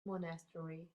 monastery